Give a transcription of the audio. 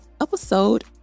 episode